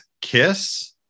Kiss